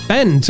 Ben